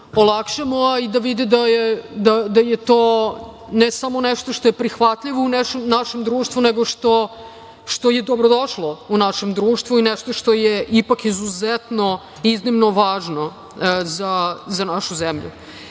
olakšamo, a i da vide da je to, ne samo nešto što je prihvatljivo u našem društvu, nego što je dobrodošlo u našem društvu i nešto što je ipak izuzetno iznimno važno za našu zemlju. Takođe,